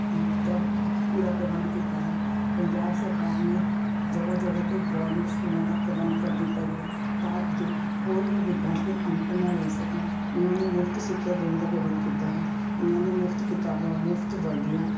ਦਾ ਪੂਰਾ ਪ੍ਰਬੰਧ ਕੀਤਾ ਹੈ ਪੰਜਾਬ ਸਰਕਾਰ ਨੇ ਜਗ੍ਹਾ ਜਗ੍ਹਾ 'ਤੇ ਗੌਰਮੈਂਟ ਸਕੂਲਾਂ ਦਾ ਪ੍ਰਬੰਧ ਕਰ ਦਿੱਤਾ ਗਿਆ ਤਾਂ ਜੋ ਕੋਈ ਵੀ ਵਿਦਿਆਰਥੀ ਅਨਪੜ੍ਹ ਨਾ ਰਹਿ ਸਕਣ ਉਹਨਾਂ ਨੂੰ ਮੁਫਤ ਸਿੱਖਿਆ ਦੇਣ ਦਾ ਪ੍ਰਬੰਧ ਕੀਤਾ ਹੈ ਉਹਨਾਂ ਨੇ ਮੁਫਤ ਕਿਤਾਬਾਂ ਮੁਫਤ ਵਰਦੀਆਂ